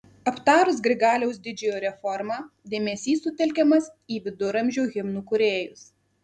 aptarus grigaliaus didžiojo reformą dėmesys sutelkiamas į viduramžių himnų kūrėjus